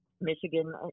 Michigan